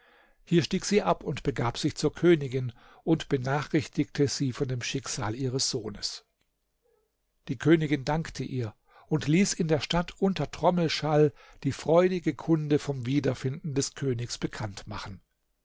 hier stieg sie ab und begab sich zur königin und benachrichtigte sie von dem schicksal ihres sohnes die königin dankte ihr und ließ in der stadt unter trommelschall die freudige kunde vom wiederfinden des königs bekannt machen